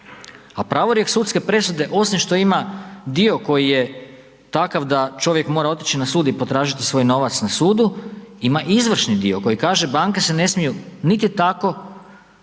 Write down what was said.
a pravorijek sudske presude osim što ima dio koji je takav da čovjek mora otići na sud i potražiti svoj novac na sudu, ima i izvršni dio koji kaže banke se ne smiju niti tako,